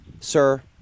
Sir